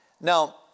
Now